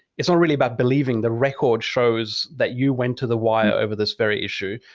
it's not really about believing. the record shows that you went to the wire over this very issue,